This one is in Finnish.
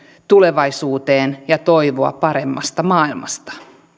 tulevaisuuteen ja toivoa paremmasta maailmasta